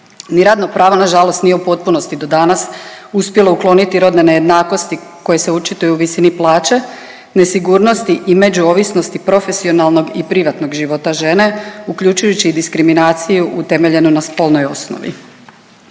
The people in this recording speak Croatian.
Ni radno pravo nažalost nije u potpunosti do danas uspjelo ukloniti rodne nejednakosti koje se očituju u visini plaće, nesigurnosti i međuovisnosti profesionalnog i privatnog života žene uključujući i diskriminaciju utemeljenu na spolnoj osnovi.